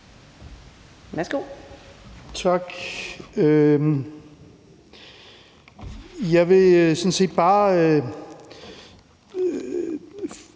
(EL): Tak. Jeg vil sådan set bare